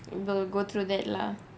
people will go through that lah